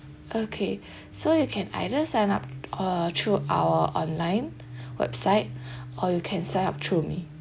okay so you can either sign up uh through our online website or you can sign up through me